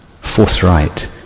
forthright